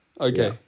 okay